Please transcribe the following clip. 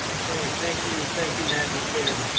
okay, thank you. thank you, madam chair.